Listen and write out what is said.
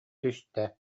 түстэ